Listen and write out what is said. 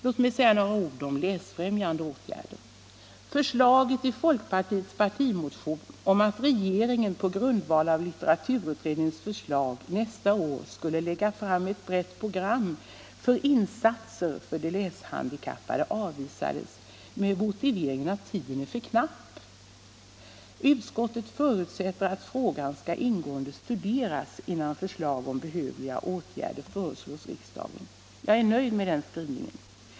Låt mig säga några ord om läsfrämjande åtgärder. Förslaget i folkpartiets partimotion om att regeringen på grundval av litteraturutredningens förslag nästa år skulle lägga fram ett brett program för insatser för de läshandikappade avvisas med motiveringen att tiden är för knapp. Utskottet förutsätter att frågan skall ingående studeras innan förslag om behövliga åtgärder föreslås riksdagen. Jag är nöjd med den skrivningen.